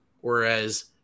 whereas